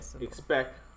expect